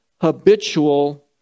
habitual